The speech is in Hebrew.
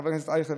חבר הכנסת אייכלר,